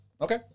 okay